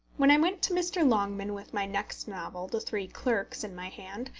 when i went to mr. longman with my next novel, the three clerks, in my hand,